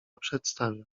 przedstawia